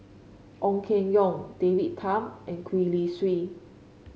Ong Keng Yong David Tham and Gwee Li Sui